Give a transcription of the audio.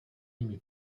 nimi